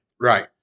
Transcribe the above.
Right